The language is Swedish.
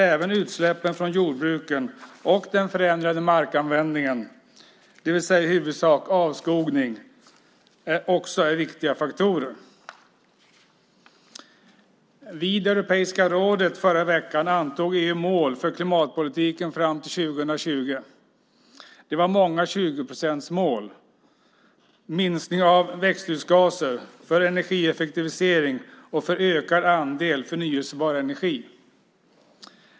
Även utsläppen från jordbruken och den förändrade markanvändningen, det vill säga i huvudsak avskogningen, är viktiga faktorer. Vid Europeiska rådet förra veckan antog EU mål för klimatpolitiken fram till 2020. Det var många 20-procentsmål. Det handlade om minskning av växthusgaser, energieffektivisering och en ökad andel förnybar energi.